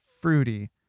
fruity